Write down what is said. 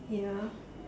ya